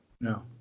No